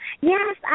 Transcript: Yes